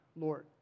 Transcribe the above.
Lord